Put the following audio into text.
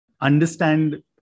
understand